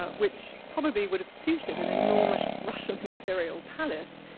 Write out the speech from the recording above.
ah which probably would have suited an enormous russian imperial palace,